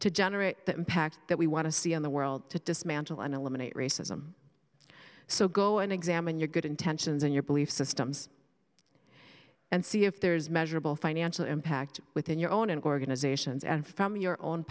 to generate the impact that we want to see on the world to dismantle and eliminate racism so go and examine your good intentions in your belief systems and see if there is measurable financial impact within your own organizations and from your own